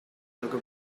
yoga